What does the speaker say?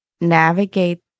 navigate